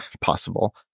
possible